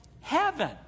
heaven